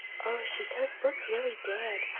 oh, she does look really dead,